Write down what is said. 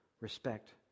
respect